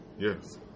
Yes